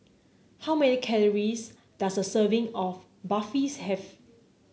how many calories does a serving of Barfi have